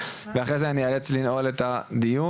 ואחרי זה אני אאלץ לנעול את הדיון,